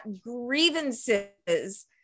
grievances